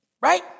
Right